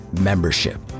membership